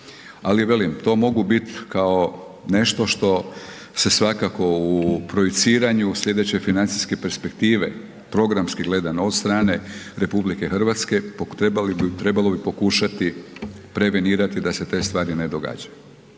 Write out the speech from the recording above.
ali velim, to mogu biti kao nešto što se svakako u projiciranju slijedeće financijske perspektive programski gledano od strane RH, trebalo bi pokušati prevenirati da se te stvari ne događaju.